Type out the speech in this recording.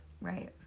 Right